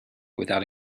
without